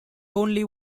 only